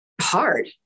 hard